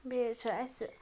بیٚیہِ حظ چھُ اَسہِ